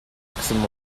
nixon